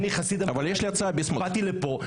באתי לכאן,